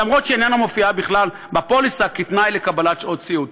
למרות שהבדיקה אינה מופיעה בכלל בפוליסה כתנאי לקבלת שעות סיעוד.